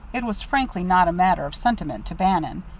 it was frankly not a matter of sentiment to bannon.